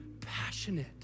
passionate